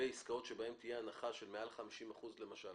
בעסקאות שבהן תהיה הנחה של למעלה מ-50% למשל,